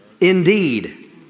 Indeed